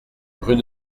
rue